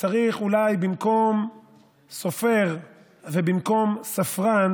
אולי במקום סופר ובמקום ספרן,